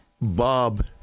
Bob